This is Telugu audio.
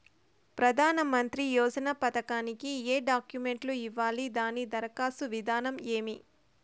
ప్రధానమంత్రి యోజన పథకానికి ఏ డాక్యుమెంట్లు ఇవ్వాలి దాని దరఖాస్తు విధానం ఏమి